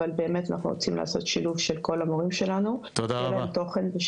אבל באמת אנחנו רוצים לעשות שילוב של כל המורים שלנו שיהיה להם תוכן.